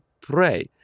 pray